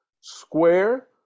square